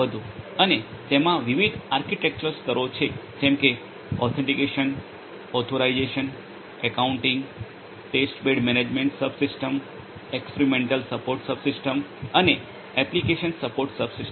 અને તેમાં વિવિધ આર્કિટેક્ચરલ સ્તરો છે જેમ કે authentication authorization accounting testbed management subsystem experimental support subsystem અને એપ્લિકેશન સપોર્ટ સબસિસ્ટમ